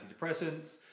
antidepressants